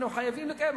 אנחנו חייבים לקיים.